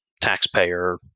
taxpayer